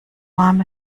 warm